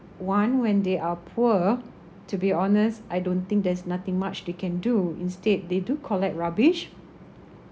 one when they are poor to be honest I don't think there's nothing much they can do instead they do collect rubbish